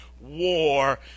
war